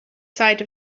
side